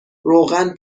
روغن